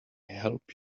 help